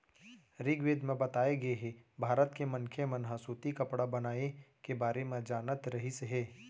ऋगवेद म बताए गे हे के भारत के मनखे मन ह सूती कपड़ा बनाए के बारे म जानत रहिस हे